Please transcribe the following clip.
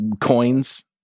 coins